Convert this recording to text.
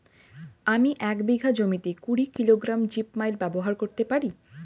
আমি এক বিঘা জমিতে কুড়ি কিলোগ্রাম জিপমাইট ব্যবহার করতে পারি?